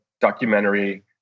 documentary